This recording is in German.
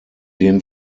den